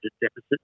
deficit